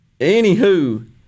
anywho